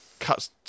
cuts